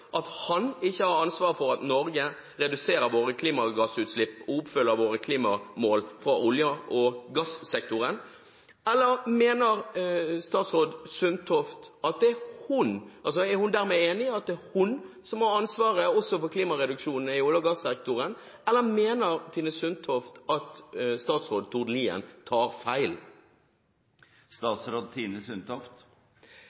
at han ikke har ansvaret for at Norge reduserer sine klimagassutslipp og oppfyller sine klimamål for olje- og gassektoren? Er statsråd Sundtoft dermed enig i at det er henne som har ansvaret også for klimagassreduksjonene i olje- og gassektoren? Eller mener Tine Sundtoft at statsråd Tord Lien tar feil?